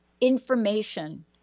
information